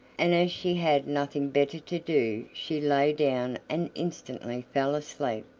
and as she had nothing better to do she lay down and instantly fell asleep.